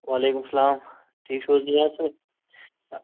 وعلیکُم سلام ٹھیٖک چھِو حَظ نِیاز صٲب